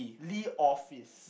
Lee office